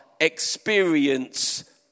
experience